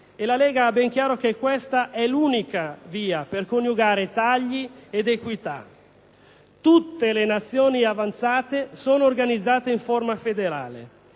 La Lega ha ben chiaro che questa è l'unica via per coniugare tagli ed equità. Tutte le Nazioni avanzate sono organizzate in forma federale.